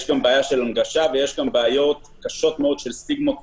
יש גם בעיה של הנגשה ויש גם בעיות קשות מאוד של סטיגמות ואפליה.